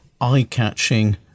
eye-catching